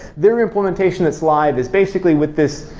their implementation that's live is basically with this,